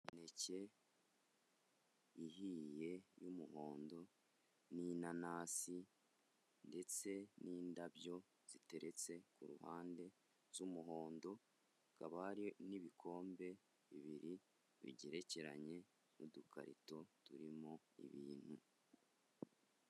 Imineke ihiye y'umuhondo n'inanasi ndetse n'indabyo ziteretse ku ruhande z'umuhondo, hakaba hari n'ibikombe bibiri bigerekeranye n'udukarito turimo ibintu.